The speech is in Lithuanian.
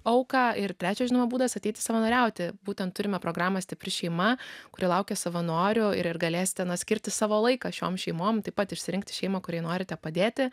auką ir trečias žinoma būdas ateiti savanoriauti būtent turime programą stipri šeima kuri laukia savanorių ir ir galėsite na skirti savo laiką šiom šeimom taip pat išsirinkti šeimą kuriai norite padėti